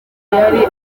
yari